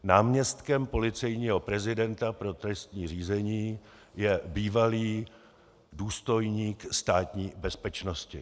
Náměstkem policejního prezidenta pro trestní řízení je bývalý důstojník Státní bezpečnosti.